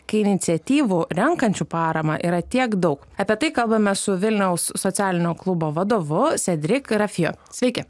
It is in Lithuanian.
kai iniciatyvų renkančių paramą yra tiek daug apie tai kalbame su vilniaus socialinio klubo vadovu sedrik rafjo sveiki